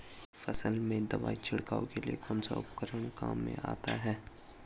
फसल में दवाई छिड़काव के लिए कौनसा उपकरण काम में आता है?